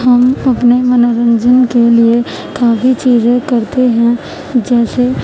ہم اپنے منورنجن کے لیے کافی چیزیں کرتے ہیں جن سے